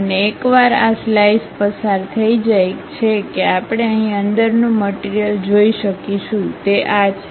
અને એકવાર આ સ્લાઇસ પસાર થઈ જાય છે કે આપણે અહીં અંદરનું મટીરીયલ જોઈ શકીશું તે આ છે